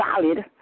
valid